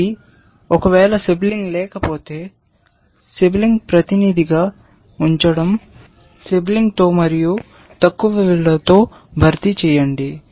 కాబట్టి సిబ్లింగ్ లేకపోతే సిబ్లింగ్ ప్రతినిధిగా ఉంచండి సిబ్లింగ్ల తో మరియు తక్కువ విలువతో భర్తీ చేయండి